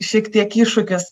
šiek tiek iššūkis